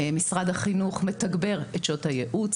משרד החינוך מתגבר את שעות הייעוץ,